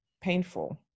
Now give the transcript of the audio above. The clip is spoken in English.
painful